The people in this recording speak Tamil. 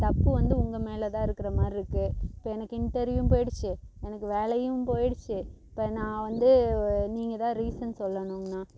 இப்போ தப்பு வந்து உங்கள் மேலே தான் இருக்கிற மாதிரி இருக்கு இப்போ எனக்கு இண்டர்வியூவும் போயிடுச்சு எனக்கு வேலையும் போயிடுச்சு இப்போ நான் வந்து நீங்கள் தான் ரீசன் சொல்லணுங்கண்ணா